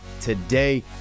today